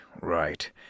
Right